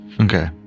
Okay